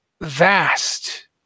vast